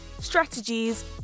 strategies